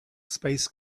space